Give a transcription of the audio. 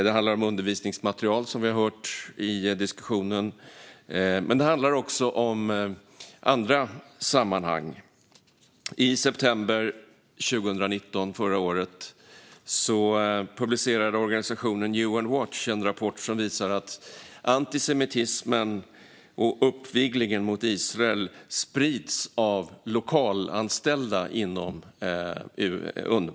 Det handlar om undervisningsmaterial, som vi har hört tidigare i diskussionen, men det handlar också om andra sammanhang. I september 2019 publicerade organisationen Human Rights Watch en rapport som visar att antisemitismen och uppviglingen mot Israel sprids av lokalanställda inom Unrwa.